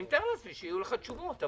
אני מתאר לעצמי שיהיו לך תשובות.